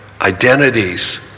identities